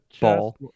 ball